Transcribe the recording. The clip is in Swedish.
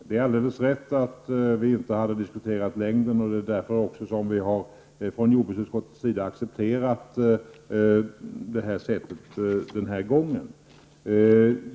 Herr talman! Det är alldeles riktigt att vi inte hade diskuterat yttrandenas längd, och det är också därför som jordbruksutskottet har accepterat detta förfarande denna gång.